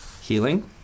Healing